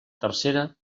tercera